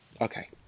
Okay